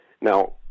Now